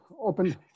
open